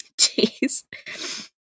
jeez